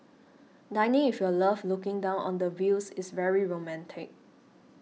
dining if your love looking down on the views is very romantic